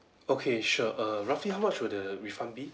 okay sure err roughly how much would the refund be